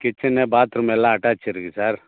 kitchen bathroom எல்லாம் attach இருக்கு sir